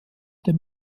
dem